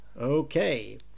Okay